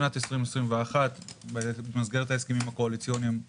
שנת 2021 במסגרת ההסכמים הקואליציוניים-